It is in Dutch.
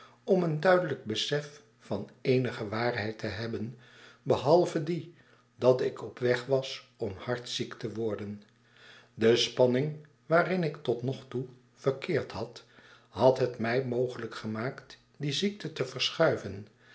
om een duidelijk besef van eenige waarheid te hebben behalve die datik op weg was om hard ziek te worden de spanning waarin ik tot nog toe verkeerd had had het mij mogelijk gemaakt die ziekte te verschuiven